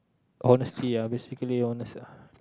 honesty ah basically honest ah